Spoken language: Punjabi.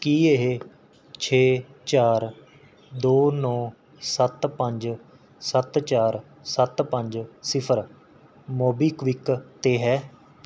ਕੀ ਇਹ ਛੇ ਚਾਰ ਦੋ ਨੌ ਸੱਤ ਪੰਜ ਸੱਤ ਚਾਰ ਸੱਤ ਪੰਜ ਸਿਫਰ ਮੋਬੀਕਵਿਕ 'ਤੇ ਹੈ